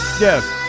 Yes